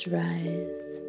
rise